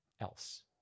else